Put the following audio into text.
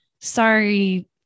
Sorry